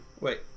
Wait